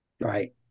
right